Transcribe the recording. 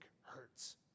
hurts